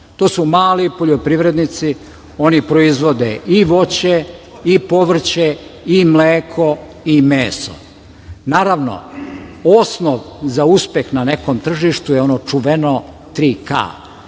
To su mali poljoprivrednici. Oni proizvode i voće i povrće i mleko i meso. Naravno, osnov za uspeh na nekom tržištu je ono čuveno 3K